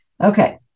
Okay